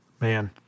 man